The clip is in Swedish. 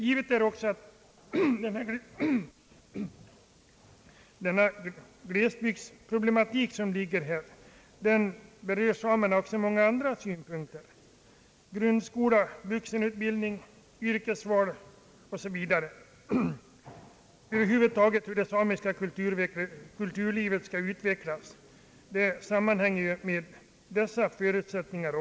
Vi förstår också att glesbygdsproblematiken berör samerna på många and ra sätt. Grundskolan, vuxenutbildningen, yrkesvalet och det samiska kulturlivets utveckling över huvud taget sammanhänger ju med hur glesbygdernas framtid formas.